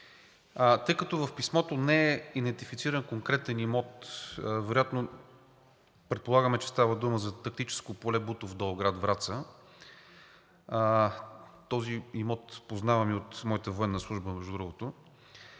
Тъй като в писмото не е идентифициран конкретен имот, предполагаме, че вероятно става дума за тактическо поле „Бутов дол“ – град Враца. Този имот познавам и от моята военна служба, между другото.